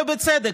ובצדק,